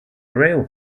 rail